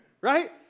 Right